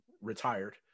retired